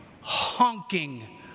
honking